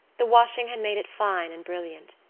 the washing had made it fine and brilliant.